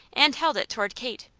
and held it toward kate.